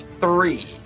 three